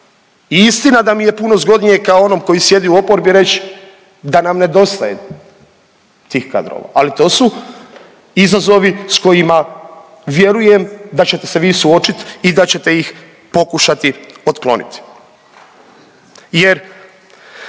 I istina da mi je puno zgodnije kao onom koji sjedi u oporbi reći da nam nedostaje tih kadrova, ali to su izazovi sa kojima vjerujem da ćete se vi suočiti i da ćete ih pokušati otkloniti.